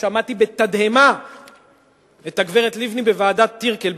שמעתי בתדהמה את הגברת לבני בוועדת-טירקל,